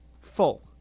full